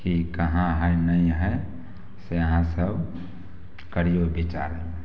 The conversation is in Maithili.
की कहाँ हइ नहि हइ से अहाँ सभ करियौ विचार